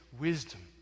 wisdom